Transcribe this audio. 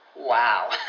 Wow